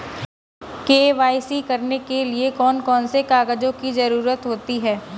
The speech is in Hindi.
के.वाई.सी करने के लिए कौन कौन से कागजों की जरूरत होती है?